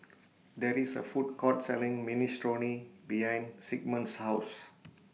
There IS A Food Court Selling Minestrone behind Sigmund's House